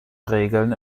regeln